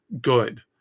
good